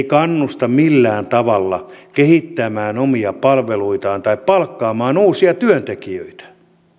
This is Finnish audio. kannusta millään tavalla kehittämään omia palveluitaan tai palkkaamaan uusia työntekijöitä